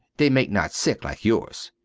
they make not sick like yours.